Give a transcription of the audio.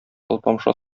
алпамша